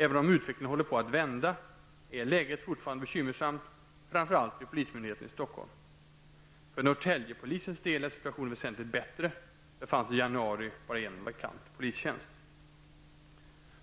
Även om utvecklingen håller på att vända, är läget fortfarande bekymmersamt, framför allt vid polismyndigheten i Stockholm. För Norrtäljepolisens del är situationen väsentligt bättre. Där fanns i januari bara en vakant polistjänst.